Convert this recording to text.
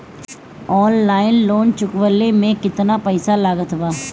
Online loan चुकवले मे केतना पईसा लागत बा?